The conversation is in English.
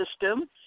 system